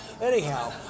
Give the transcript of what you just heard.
anyhow